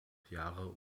jahre